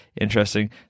interesting